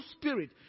spirit